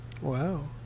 Wow